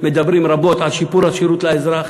מדברים רבות על שיפור השירות לאזרח.